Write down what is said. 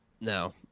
No